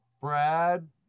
Brad